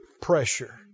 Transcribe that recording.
pressure